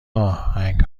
آهنگ